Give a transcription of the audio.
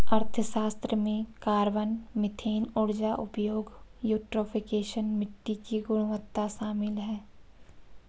अर्थशास्त्र में carbon, methane ऊर्जा उपयोग, यूट्रोफिकेशन, मिट्टी की गुणवत्ता शामिल है